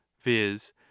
viz